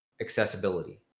accessibility